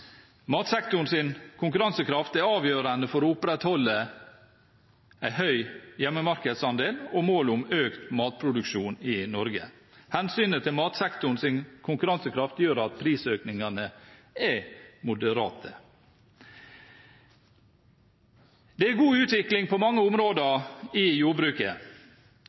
konkurransekraft er avgjørende for å opprettholde en høy hjemmemarkedsandel og målet om økt matproduksjon i Norge. Hensynet til matsektorens konkurransekraft gjør at prisøkningene er moderate. Det er god utvikling på mange områder i jordbruket.